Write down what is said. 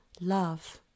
love